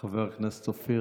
חבר הכנסת אופיר.